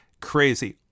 Crazy